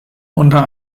unter